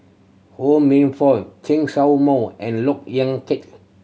Ho Minfong Chen Show Mao and Look Yan Kit